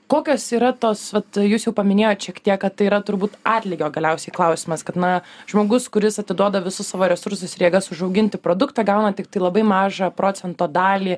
kokios yra tos vat jūs jau paminėjot šiek tiek kad tai yra turbūt atlygio galiausiai klausimas kad na žmogus kuris atiduoda visus savo resursus ir jėgas užauginti produktą gauna tiktai labai mažą procento dalį